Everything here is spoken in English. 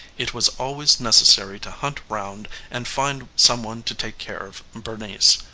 it was always necessary to hunt round and find some one to take care of bernice.